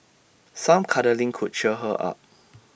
some cuddling could cheer her up